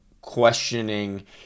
questioning –